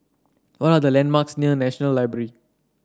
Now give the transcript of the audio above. what are the landmarks near National Library